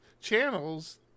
channels